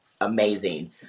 Amazing